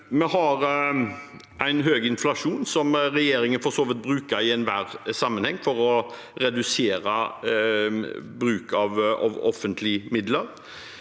Vi har høy inflasjon, noe regjeringen for så vidt viser til i enhver sammenheng for å redusere bruken av offentlige midler.